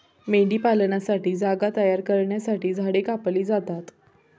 मेंढीपालनासाठी जागा तयार करण्यासाठी झाडे कापली जातात